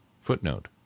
Footnote